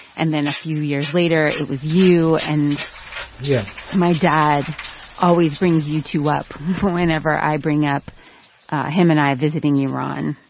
and then a few years later, it was you yeah and yeah my dad always brings you two up whenever i bring up him and i visiting iran.